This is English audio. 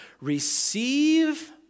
receive